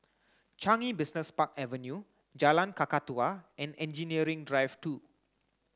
Changi Business Park Avenue Jalan Kakatua and Engineering Drive two